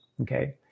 okay